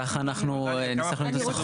ככה אנחנו ניסחנו את החוק.